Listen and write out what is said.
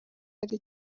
ari